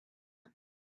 one